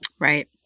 Right